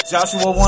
Joshua